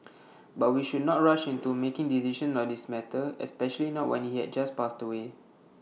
but we should not rush into making decisions on this matter especially not when he had just passed away